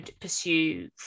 pursue